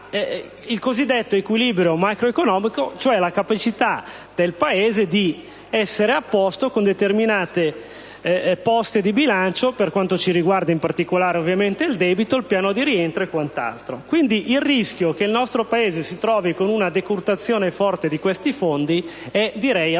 del cosiddetto equilibrio macroeconomico, cioè alla capacità del Paese di essere a posto con determinate poste di bilancio (per quanto ci riguarda, ovviamente, il debito, il piano di rientro e quant'altro). Il rischio che il nostro Paese subisca una decurtazione forte di questi fondi dunque è abbastanza